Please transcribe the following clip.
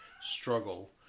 Struggle